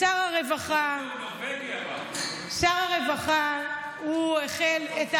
שר הרווחה, שר הרווחה, הוא החל את התהליך,